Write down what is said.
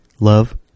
love